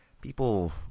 People